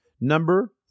Number